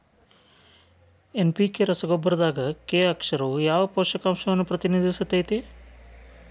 NPK ರಸಗೊಬ್ಬರದಾಗ K ಅಕ್ಷರವು ಯಾವ ಪೋಷಕಾಂಶವನ್ನ ಪ್ರತಿನಿಧಿಸುತೈತ್ರಿ?